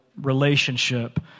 relationship